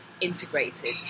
integrated